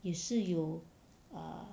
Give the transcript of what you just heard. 也是有 err